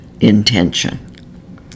intention